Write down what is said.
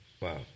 Wow